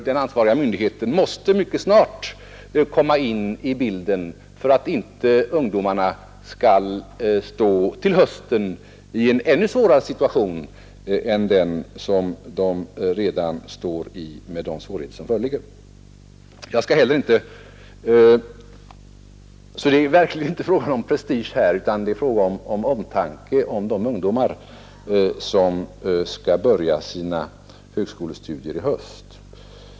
Den ansvariga myndigheten måste på ett tidigt stadium komma in i bilden för att inte ungdomarna till hösten skall få en ännu svårare situation än den de redan har. Här är det verkligen inte fråga om prestige utan om omtanke om de ungdomar som skall börja sina högre studier i höst.